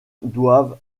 doivent